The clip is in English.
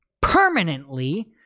permanently